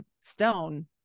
stone